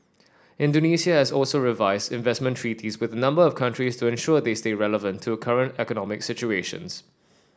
Indonesia has also revise investment treaties with a number of countries to ensure they stay relevant to current economic situations